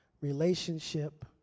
relationship